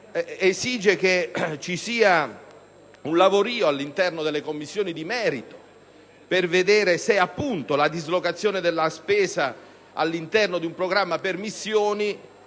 esige che vi sia un lavorio all'interno delle Commissioni di merito per vedere se la dislocazione della spesa all'interno di un programma per missioni